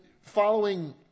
following